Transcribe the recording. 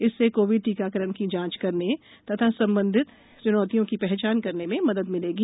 इससे कोविड टीकाकरण की जांच करने तथा संबंधित च्नौतियों की पहचान करने में मदद मिलेगी